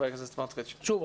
שוב,